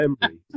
memory